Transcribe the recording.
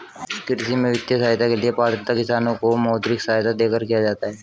कृषि में वित्तीय सहायता के लिए पात्रता किसानों को मौद्रिक सहायता देकर किया जाता है